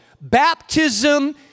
Baptism